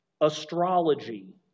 astrology